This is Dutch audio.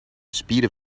spieren